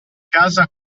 casa